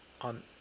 on